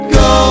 go